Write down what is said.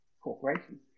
Corporation